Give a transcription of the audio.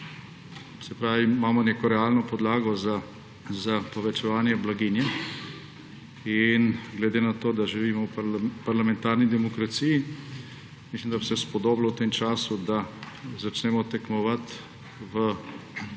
Se pravi, imamo neko realno podlago za povečevanje blaginje in glede na to, da živimo v parlamentarni demokraciji, mislim, da bi se spodobilo v tem času, da začnemo tekmovati v tem,